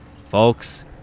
Folks